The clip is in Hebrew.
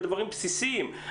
בדברים בסיסים.